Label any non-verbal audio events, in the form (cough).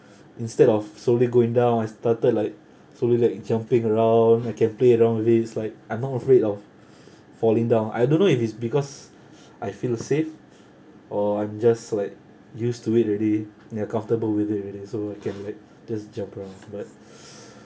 (breath) instead of slowly going down I started like slowly like jumping around I can play around with it it's like I'm not afraid of (breath) falling down I don't know if it's because I feel safe or I'm just like used to it already ya comfortable with it already so I can like just jump around but (breath)